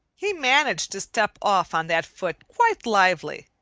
he managed to step off on that foot quite lively,